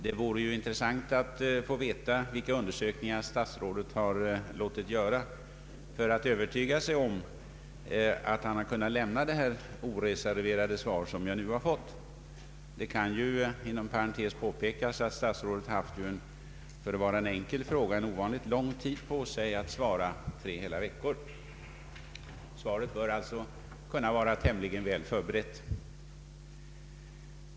Det vore intressant att få veta vilka undersökningar statsrådet har låtit göra för att övertyga sig om att han kunnat lämna det oreserverade svar som jag nu har fått. Det kan inom parentes påpekas att statsrådet haft en i samband med en enkel fråga ovanligt lång tid på sig att svara, nämligen tre hela veckor. Svaret borde alltså kunna vara tämligen väl förberett.